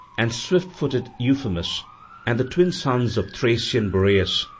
and swift-footed euphemus and the twin sons of thracian boreas,